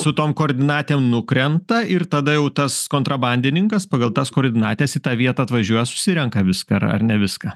su tom koordinatėm nukrenta ir tada jau tas kontrabandininkas pagal tas koordinates į tą vietą atvažiuoja susirenka viską ar ar ne viską